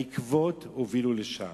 העקבות הובילו לשם.